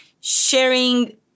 sharing